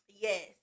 Yes